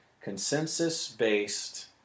consensus-based